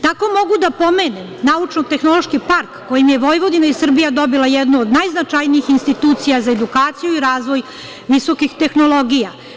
Tako mogu da pomenem Naučno-tehnološki park, kojim je Vojvodina i Srbija dobila jednu od najznačajnijih institucija za edukaciju i razvoj visokih tehnologija.